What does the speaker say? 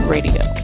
Radio